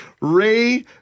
Ray